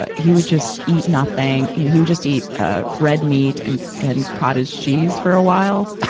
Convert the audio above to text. ah he would just eat nothing. you know he would just eat ah red meat and and cottage cheese for a while,